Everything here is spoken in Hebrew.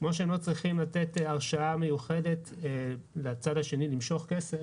כמו שהם לא צריכים לתת הרשאה מיוחדת לצד השני למשוך כסף,